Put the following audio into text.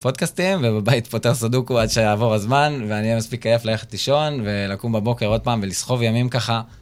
פודקאסטים ובבית פותר סדוקו עד שיעבור הזמן ואני יהיה מספיק עייף ללכת לישון ולקום בבוקר עוד פעם ולסחוב ימים ככה.